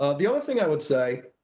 ah the only thing i'd say,